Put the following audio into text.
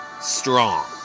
strong